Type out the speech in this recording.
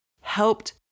helped